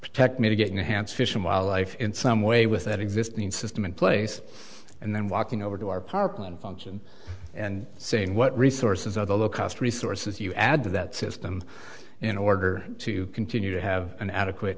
protect mitigating the hance fish and wildlife in some way with that existing system in place and then walking over to our power plant function and seeing what resources are the low cost resources you add to that system in order to continue to have an adequate